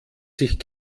sich